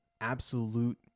absolute